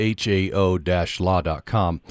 hao-law.com